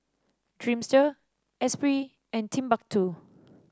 Dreamster Esprit and Timbuk two